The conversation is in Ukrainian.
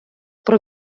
про